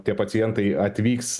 tie pacientai atvyks